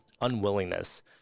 unwillingness